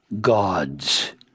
God's